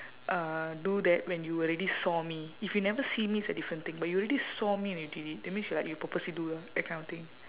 uh do that when you already saw me if you never see me it's a different thing but you already saw me when you did it that means you are like you purposely do lah that kind of thing